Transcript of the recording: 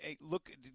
Look